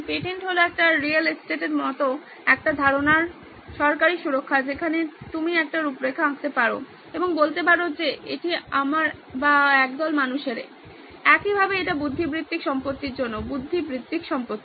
patent হল একটি real এস্টেটের মত একটা ধারণার সরকারী সুরক্ষা যেখানে আপনি একটি রূপরেখা আঁকতে পারেন এবং বলতে পারেন যে এটি আমার বা একদল মানুষের একইভাবে এটা বুদ্ধিবৃত্তিক সম্পত্তির জন্য বুদ্ধিবৃত্তিক সম্পত্তি